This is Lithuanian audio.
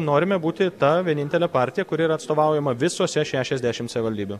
norime būti ta vienintelė partija kuri yra atstovaujama visose šešiasdešimt savivaldybių savivaldybių